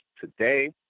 Today